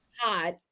hot